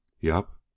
Yup